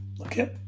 okay